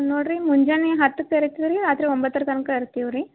ನೋಡಿರಿ ಮುಂಜಾನೆ ಹತ್ತು ತೆರಿತಿವಿ ರೀ ರಾತ್ರಿ ಒಂಬತ್ತರ ತನಕ ಇರ್ತಿವಿ ರೀ